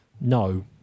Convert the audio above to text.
No